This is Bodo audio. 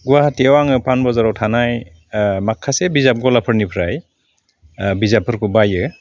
गुवाहाटिआव आङो पान बाजाराव थानाय माखासे बिजाब गलाफोरनिफ्राय बिजाबफोरखौ बायो